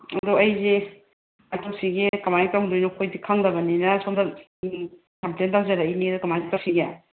ꯑꯗꯣ ꯑꯩꯁꯤ ꯀꯃꯥꯏꯅ ꯇꯧꯗꯣꯏꯅꯣ ꯑꯩꯈꯣꯏꯗꯤ ꯈꯪꯗꯕꯅꯤꯅ ꯁꯣꯝꯗ ꯀꯝꯄ꯭ꯂꯦꯟ ꯇꯧꯖꯔꯛꯂꯤꯅꯦ ꯀꯃꯥꯏꯅ ꯇꯧꯁꯤꯒꯦ